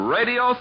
Radio